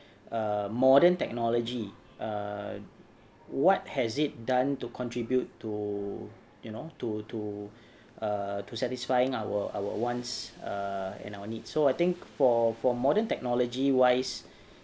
um modern technology uh what has it done to contribute to you know to to uh to satisfying our our wants uh and our needs so I think for for modern technology wise